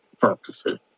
purposes